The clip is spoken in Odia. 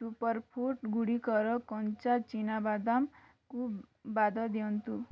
ସୁପରଫୁଡ଼ଗୁଡ଼ିକର କଞ୍ଚା ଚିନାବାଦାମ କୁ ବାଦ ଦିଅନ୍ତୁ